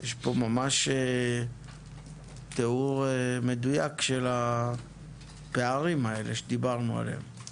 יש פה תיאור ממש מדויק של הפערים שדיברנו עליהם.